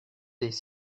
des